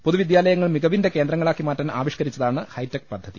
പൊതുവിദ്യാലയങ്ങൾ മികവിന്റെ കേന്ദ്ര ങ്ങളാക്കി മാറ്റാൻ ആവിഷ്ക്കരിച്ചതാണ് ഹൈടെക് പദ്ധതി